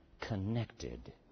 connected